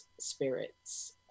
spirits